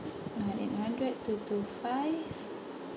one eight hundred two two five